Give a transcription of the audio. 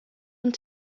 und